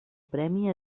premi